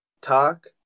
talk